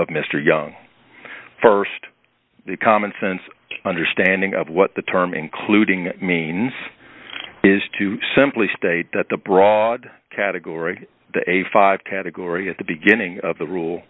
of mr young st the common sense understanding of what the term including means is to simply state that the broad category the a five category at the beginning of the rule